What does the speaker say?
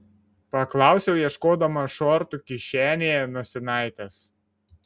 paklausiau ieškodama šortų kišenėje nosinaitės